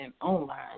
online